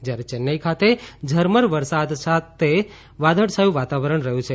જ્યારે ચેન્નાઈ ખાતે ઝરમર વરસાદ સાથે વાદળછાયું વાતાવરણ રહ્યું છે